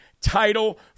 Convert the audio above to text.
Title